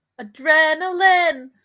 Adrenaline